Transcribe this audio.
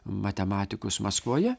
matematikus maskvoje